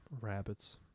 Rabbits